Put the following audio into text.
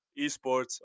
eSports